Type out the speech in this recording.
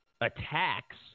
attacks